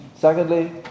Secondly